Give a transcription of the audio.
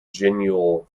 genial